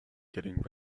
getting